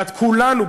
כולנו,